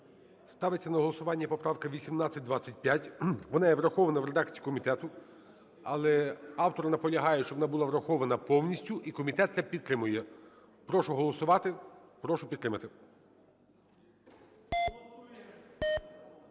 Ставиться на голосування поправка 1825. Вона є врахована в редакції комітету, але автор наполягає, щоб вона була врахована повністю і комітет це підтримує. Прошу голосувати, прошу підтримати.